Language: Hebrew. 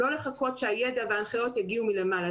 לא לחכות שהידע וההנחיות יגיעו מלמעלה,